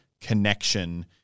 connection